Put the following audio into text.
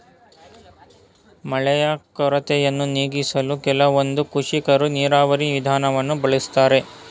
ಮಳೆಯ ಕೊರತೆಯನ್ನು ನೀಗಿಸಲು ಕೆಲವೊಂದು ಕೃಷಿಕರು ನೀರಾವರಿ ವಿಧಾನವನ್ನು ಬಳಸ್ತಾರೆ